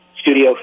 studio